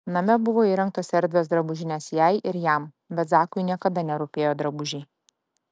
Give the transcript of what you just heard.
name buvo įrengtos erdvios drabužinės jai ir jam bet zakui niekad nerūpėjo drabužiai